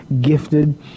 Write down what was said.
gifted